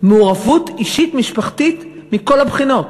מעורבות אישית משפחתית, מכל הבחינות.